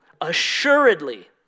Assuredly